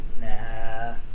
nah